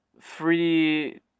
free